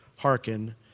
hearken